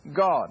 God